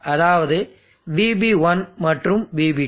அதாவது VB1 மற்றும் VB2